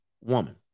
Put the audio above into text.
woman